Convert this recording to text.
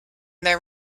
their